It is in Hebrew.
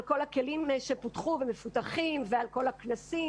על כל הכלים שפותחו ומפותחים וכל הכנסים